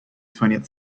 twentieth